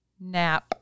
Nap